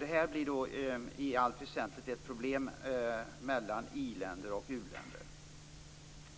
Det här blir i allt väsentligt ett problem mellan i-länder och u-länder.